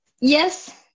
Yes